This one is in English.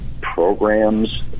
programs